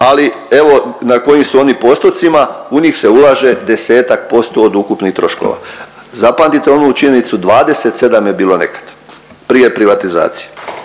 ali evo, na kojim su oni postotcima, u njih se ulaže 10% od ukupnih troškova. Zapamtite onu činjenicu, 27 je bilo nekad. Prije privatizacije.